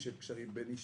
של קשרים בין-אישיים,